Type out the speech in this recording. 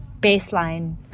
baseline